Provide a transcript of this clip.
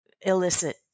illicit